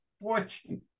fortune